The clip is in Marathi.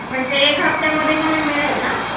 पण ते एक हप्त्यामध्ये मला मिळेल ना